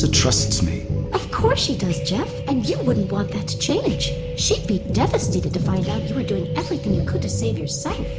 trusts me of course she does, geoff. and you wouldn't want that to change. she'd be devastated to find out you were doing everything you could to save yourself